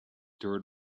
dirt